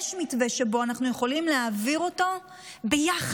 יש מתווה שבו אנחנו יכולים להעביר אותו ביחד,